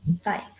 five